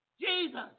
Jesus